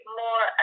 more